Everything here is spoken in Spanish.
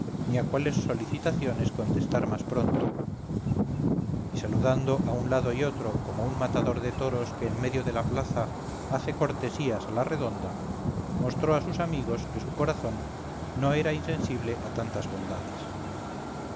ni a cuáles solicitaciones contestar más pronto y saludando a un lado y otro como un matador de toros que en medio de la plaza hace cortesías a la redonda mostró a sus amigos que su corazón no era insensible a tantas bondades